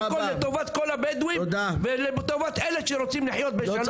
לטובת כל הבדואים ולטובת אלה שרוצים לחיות בשלום.